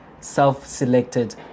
self-selected